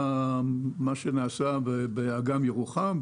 מה שנעשה באגם ירוחם,